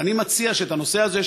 ואני מציע שאת הנושא הזה,